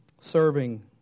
serving